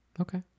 okay